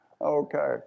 Okay